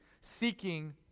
seeking